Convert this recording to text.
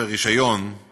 רישיון לבית-ספר,